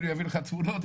אם אביא לך תמונות,